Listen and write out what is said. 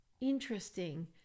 interesting